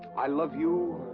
i love you.